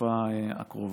בתקופה הקרובה.